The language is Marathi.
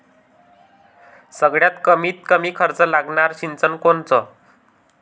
सगळ्यात कमीत कमी खर्च लागनारं सिंचन कोनचं?